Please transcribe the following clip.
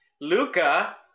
Luca